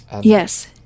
Yes